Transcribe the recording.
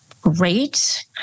great